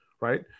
right